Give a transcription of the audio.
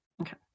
okay